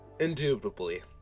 indubitably